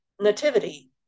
nativity